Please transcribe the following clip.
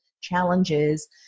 challenges